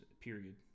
period